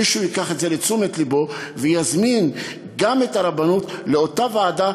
מישהו ייקח את זה לתשומת לבו ויזמין גם את הרבנות לאותה ועדה,